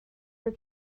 for